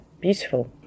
beautiful